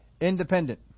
Independent